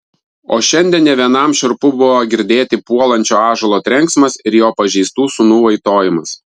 o šiandien ne vienam šiurpu buvo girdėti puolančio ąžuolo trenksmas ir jo pažeistų sūnų vaitojimas